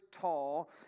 tall